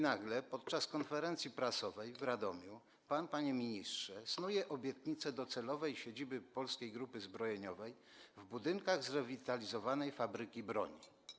Nagle podczas konferencji prasowej w Radomiu pan, panie ministrze, snuje obietnice dotyczące docelowej siedziby Polskiej Grupy Zbrojeniowej w budynkach zrewitalizowanej fabryki broni.